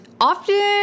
often